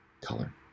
color